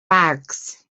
bags